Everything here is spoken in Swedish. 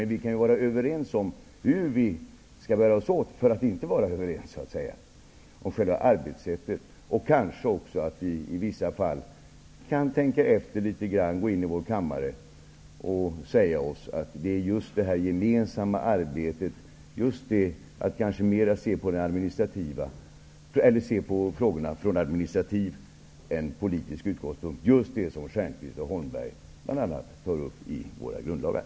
Men vi kan vara överens om hur vi skall bära oss åt för att inte vara överens, så att säga, om själva arbetssättet. Kanske kan vi i vissa fall gå in i vår kammare och tänka efter litet grand och säga oss att vi i det gemensamma arbetet bör se mer på frågorna från administrativ än politisk utgångspunkt, just det som Stjernquist och Holmberg bl.a. tar upp i våra grundlagar.